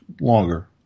longer